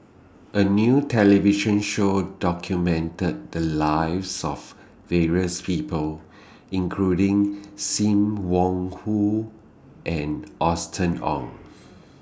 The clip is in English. A New television Show documented The Lives of various People including SIM Wong Hoo and Austen Ong